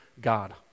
God